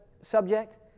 subject